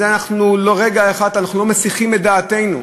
מזה אנחנו לרגע אחד לא מסיחים את דעתנו.